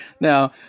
Now